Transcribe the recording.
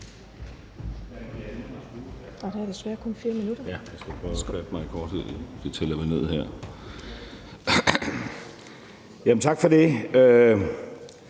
Tak for det.